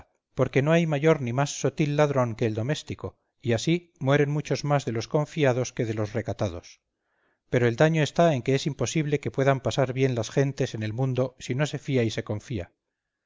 porque no hay mayor ni más sotil ladrón que el doméstico y así mueren muchos más de los confiados que de los recatados pero el daño está en que es imposible que puedan pasar bien las gentes en el mundo si no se fía y se confía